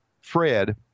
Fred